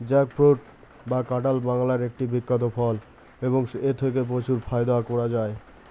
jackfruit বা কাঁঠাল বাংলার একটি বিখ্যাত ফল এবং এথেকে প্রচুর ফায়দা করা য়ায়